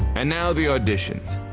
and now the auditions.